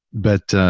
but ah,